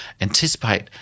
anticipate